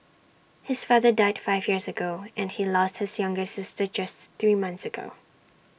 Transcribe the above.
his father died five years ago and he lost his younger sister just three months ago